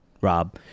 Rob